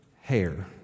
hair